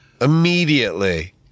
immediately